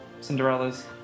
Cinderella's